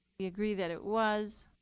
we agree that it was.